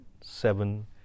seven